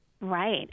Right